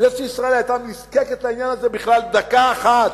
כנסת ישראל היתה נזקקת לעניין הזה, בכלל דקה אחת,